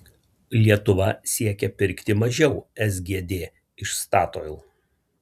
lietuva siekia pirkti mažiau sgd iš statoil